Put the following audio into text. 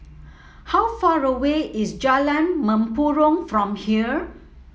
how far away is Jalan Mempurong from here